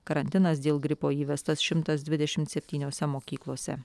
karantinas dėl gripo įvestas šimtas dvidešimt septyniose mokyklose